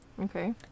okay